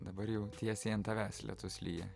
dabar jau tiesiai ant tavęs lietus lyja